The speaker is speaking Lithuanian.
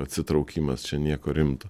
atsitraukimas čia nieko rimto